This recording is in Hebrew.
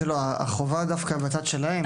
החובה היא דווקא מהצד שלהם.